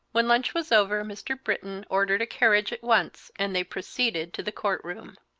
when lunch was over mr. britton ordered a carriage at once, and they proceeded to the court-room.